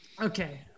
Okay